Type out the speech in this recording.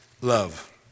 love